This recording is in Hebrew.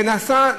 זה נעשה,